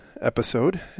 episode